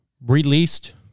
released